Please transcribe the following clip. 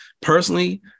Personally